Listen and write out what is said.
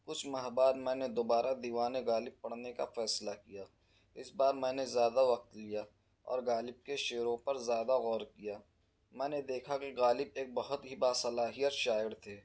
کچھ ماہ بعد میں نے دوبارہ دیوان غالب پڑھنے کا فیصلہ کیا اس بار میں نے زیادہ وقت لیا اور غالب کے شعروں پر زیادہ غور کیا میں نے دیکھا کہ غالب ایک بہت ہی باصلاحیت شاعر تھے